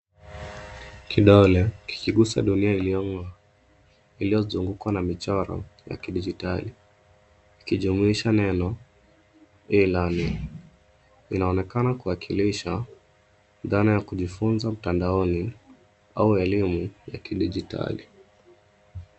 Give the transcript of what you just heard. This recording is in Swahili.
Kidole kikiguza dunia iliyozungukwa na michoro ya kidijitali ikijumuisha neno e-learning .Inaonekana kuwakilisha dhana ya kujifunza mtandaoni au elimu ya kidijitali.